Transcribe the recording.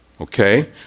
Okay